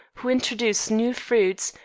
who introduced new fruits,